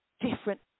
different